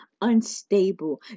unstable